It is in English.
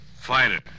Fighter